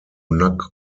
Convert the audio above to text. knock